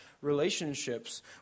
relationships